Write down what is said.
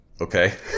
Okay